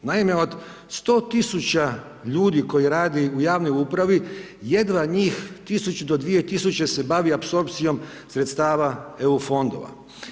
Naime, od 100 000 ljudi koji rade u javnoj upravi, jedva njih 1000 do 2000 se bavi apsorpcijom sredstava Eu fondova.